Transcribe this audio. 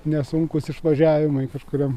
nesunkūs išvažiavimai kažkuriom